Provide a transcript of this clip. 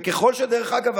ודרך אגב,